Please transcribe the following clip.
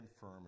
firm